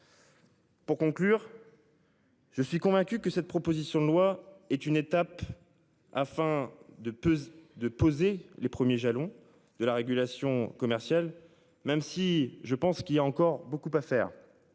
Pour conclure. Je suis convaincu que cette proposition de loi est une étape afin de Peseux de poser les premiers jalons de la régulation commerciale. Même si je pense qu'il y a encore beaucoup à faire.